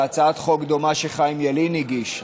יש הצעת חוק דומה שחיים ילין הגיש,